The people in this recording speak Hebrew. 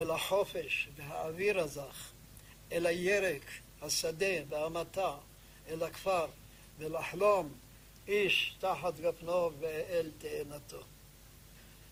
ולחופש והאוויר הזך, אל הירק, השדה והמטע, אל הכפר ולחלום איש תחת גפנו ואל תאנתו.